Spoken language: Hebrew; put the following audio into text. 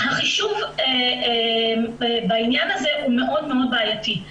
החישוב בעניין הזה הוא מאוד בעייתי.